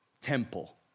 temple